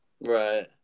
Right